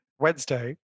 Wednesday